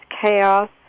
chaos